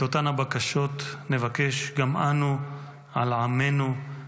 את אותן הבקשות נבקש גם אנו על עמנו,